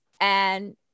and-